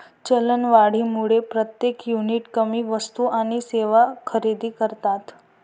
चलनवाढीमुळे प्रत्येक युनिट कमी वस्तू आणि सेवा खरेदी करतात